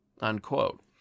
unquote